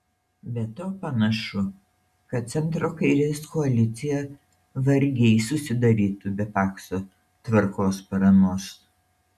be to panašu kad centro kairės koalicija vargiai susidarytų be pakso tvarkos paramos